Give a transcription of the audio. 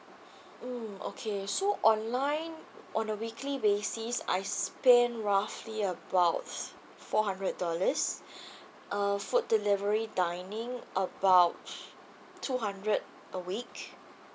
mm okay so online on a weekly basis I spend roughly about four hundred dollars uh food delivery dining about two hundred a week